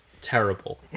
terrible